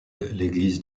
l’église